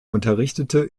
unterrichtete